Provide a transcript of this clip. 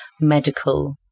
medical